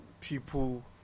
people